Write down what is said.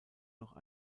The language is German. noch